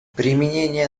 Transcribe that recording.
применение